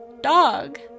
dog